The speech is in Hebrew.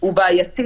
הוא בעייתי.